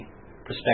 perspective